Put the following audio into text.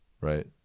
right